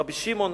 רבי שמעון,